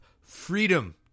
freedom